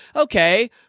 okay